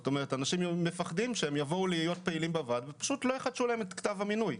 אנשים מפחדים שהם יהיו פעילים בוועד ופשוט לא יחדשו להם את כתב המינוי.